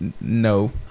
no